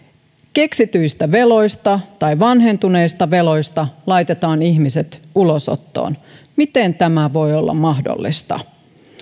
keksityistä veloista tai vanhentuneista veloista laitetaan ihmiset ulosottoon miten tämä voi olla mahdollista